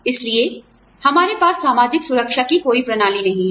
इसलिए हमारे पास सामाजिक सुरक्षा की कोई प्रणाली नहीं है